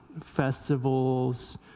festivals